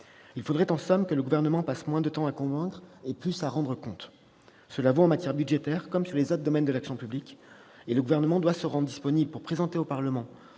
Il faudrait, en somme, que le Gouvernement passe moins de temps à convaincre, et plus à rendre compte. Cela vaut en matière budgétaire, bien sûr, comme pour les autres domaines de l'action publique. Le Gouvernement doit se rendre disponible pour présenter au Parlement